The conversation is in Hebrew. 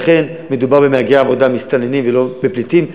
לכן, מדובר במהגרי עבודה מסתננים ולא בפליטים.